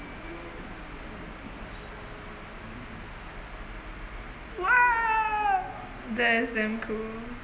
!wah! that's damn cool